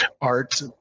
Art